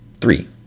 three